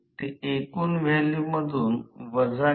तर ns n वेगळ् फरक आहे